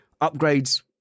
upgrades